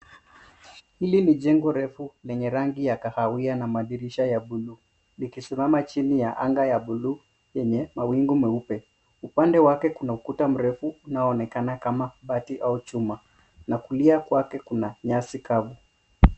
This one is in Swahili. Hili ni jengo refu lenye rangi ya kahawia na madirisha ya bluu ikisimama chini ya anga ya bluu yenye mawingu meupe. Upande wake kuna ukuta mrefu unaoonekana kama bati au chuma na kulia kwake kuna nyasi kavu.